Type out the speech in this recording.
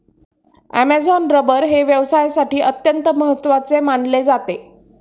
Amazon rubber हे व्यवसायासाठी अत्यंत महत्त्वाचे मानले जाते